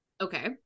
Okay